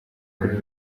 kuri